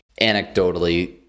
anecdotally